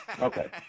Okay